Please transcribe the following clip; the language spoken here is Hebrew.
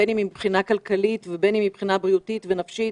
בין אם מבחינה כלכלית ובין אם מבחינה בריאותית ונפשית,